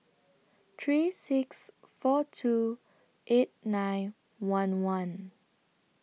three six four two eight nine one one